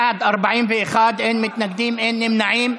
בעד, 41, אין מתנגדים, אין נמנעים.